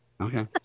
Okay